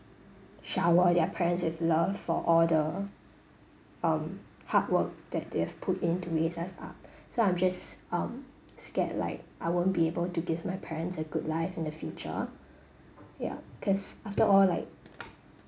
shower their parents with love for all the um hard work that they have put in to raise us up so I'm just um scared like I won't be able to give my parents a good life in the future ya cause after all like